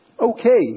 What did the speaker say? okay